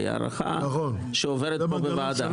היא עוברת בוועדה.